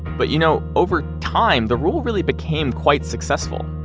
but you know over time, the rule really became quite successful.